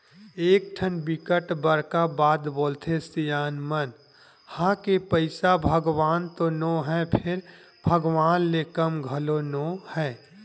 एकठन बिकट बड़का बात बोलथे सियान मन ह के पइसा भगवान तो नो हय फेर भगवान ले कम घलो नो हय